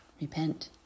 repent